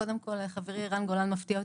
אז קודם כל, חברי ערן גולן מפתיע אותי.